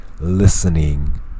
listening